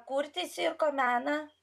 kurti cirko meną